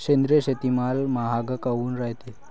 सेंद्रिय शेतीमाल महाग काऊन रायते?